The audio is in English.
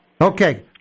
Okay